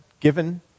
given